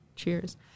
Cheers